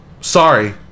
Sorry